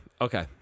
Okay